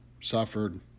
suffered